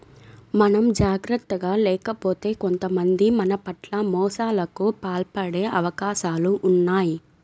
మనం జాగర్తగా లేకపోతే కొంతమంది మన పట్ల మోసాలకు పాల్పడే అవకాశాలు ఉన్నయ్